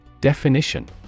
Definition